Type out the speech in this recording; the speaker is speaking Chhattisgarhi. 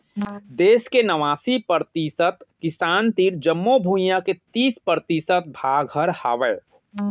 देस के नवासी परतिसत किसान तीर जमो भुइयां के तीस परतिसत भाग हर हावय